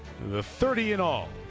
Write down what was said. thirty in all.